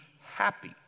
happy